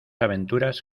aventuras